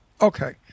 Okay